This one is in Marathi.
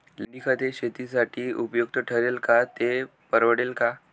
लेंडीखत हे शेतीसाठी उपयुक्त ठरेल का, ते परवडेल का?